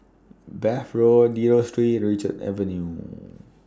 Bath Road Dio Street and Richards Avenue